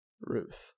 Ruth